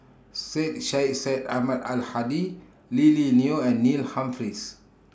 Syed Sheikh Syed Ahmad Al Hadi Lily Neo and Neil Humphreys